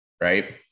right